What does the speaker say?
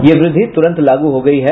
यह वृद्धि तुरंत लागू हो गई है